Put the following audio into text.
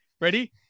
Ready